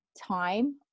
time